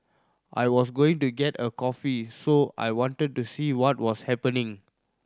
I was going to get a coffee so I wanted to do see what was happening